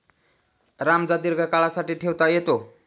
राजमा दीर्घकाळासाठी ठेवता येतो